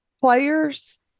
players